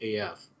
AF